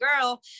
girl